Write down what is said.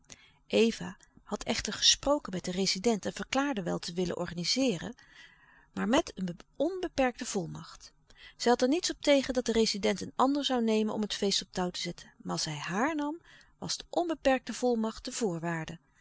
eva had echter gesproken met den rezident en verklaarde wel te willen organizeeren maar met een onbeperkte volmacht zij had er niets op tegen dat de rezident een ander zoû nemen om het feest op touw te zetten maar als hij haar nam was de onbeperkte volmacht de voorwaarde